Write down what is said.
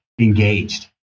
engaged